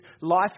life